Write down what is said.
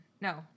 No